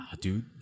dude